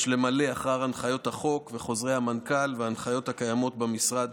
יש למלא אחר הנחיות החוק וחוזרי המנכ"ל וההנחיות הקיימות במשרד,